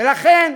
ולכן,